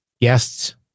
guests